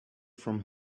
from